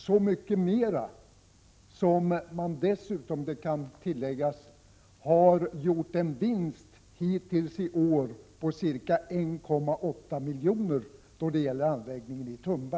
Jag kan tillägga att man när det gäller anläggningen i Tumba hittills i år har gjort en vinst på ca 1,8 milj.kr.